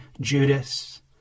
Judas